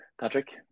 Patrick